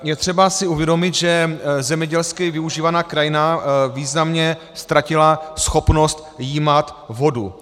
Je třeba si uvědomit, že zemědělsky využívaná krajina významně ztratila schopnost jímat vodu.